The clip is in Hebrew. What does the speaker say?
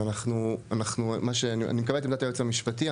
ואני מקבל את עמדת היועץ המשפטי,